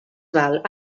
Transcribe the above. val